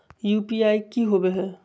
UPI की होवे है?